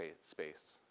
space